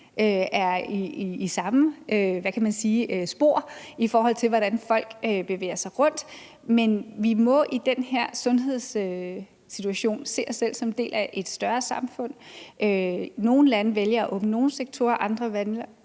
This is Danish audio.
er i samme spor i forhold til, hvordan folk bevæger sig rundt, men vi må i den her sundhedssituation se os selv som en del af et større samfund. Nogle lande vælger at åbne nogle sektorer, andre